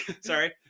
Sorry